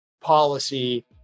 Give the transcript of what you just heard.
policy